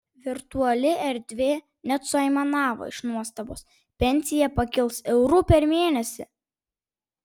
virtuali erdvė net suaimanavo iš nuostabos pensija pakils euru per mėnesį